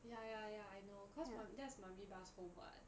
ya ya ya I know cause my that's my only bus home [what]